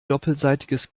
doppelseitiges